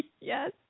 Yes